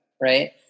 right